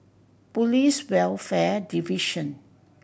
Police Welfare Division